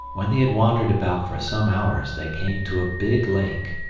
when they had wandered about for some hours they came to a big lake.